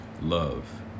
love